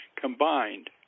combined